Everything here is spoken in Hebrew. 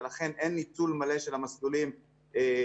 ולכן אין ניצול מלא של המסלולים במשודרגים,